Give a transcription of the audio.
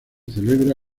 celebra